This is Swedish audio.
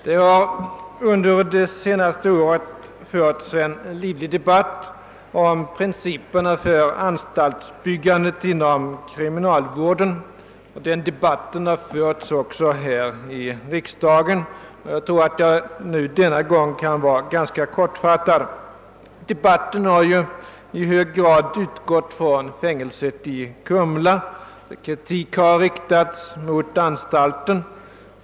Det har under det senaste året förts en livlig debatt om principerna för anstaltsbyggandet inom kriminalvården, och den debatten har också förts här i riksdagen. Jag tror därför att jag denna gång kan fatta mig ganska kort. Debatten har ju i hög grad utgått ifrån fängelset i Kumla. Kritik har riktats mot anstalten.